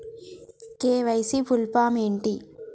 KYC full form ఏంటి?